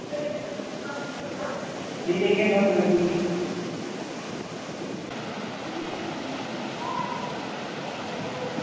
करी देगे थोआनू गड्डी बी